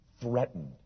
threatened